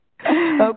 Okay